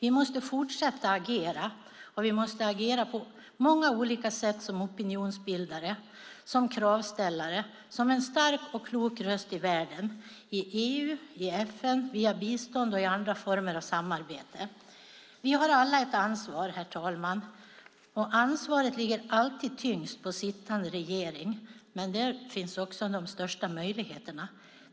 Vi måste fortsätta agera, och vi måste agera på många olika sätt: som opinionsbildare, som kravställare och som en stark och klok röst i världen - i EU, i FN, via bistånd och i andra former av samarbete. Vi har alla ett ansvar, och ansvaret ligger alltid tyngst på sittande regering. Där finns dock också de största möjligheterna.